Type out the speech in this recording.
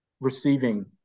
receiving